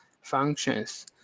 functions